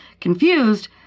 Confused